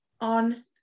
on